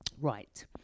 Right